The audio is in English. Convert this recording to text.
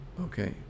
okay